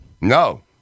No